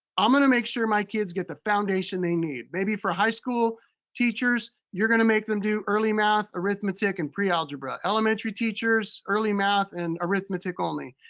i'm gonna make sure my kids get the foundation they need. maybe for high school teachers, you're gonna make them do early math, arithmetic, and pre-algebra. elementary teachers, early math and arithmetic only,